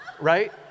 Right